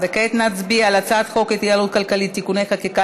וכעת נצביע על הצעת חוק ההתייעלות הכלכלית (תיקוני חקיקה